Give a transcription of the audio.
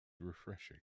refreshing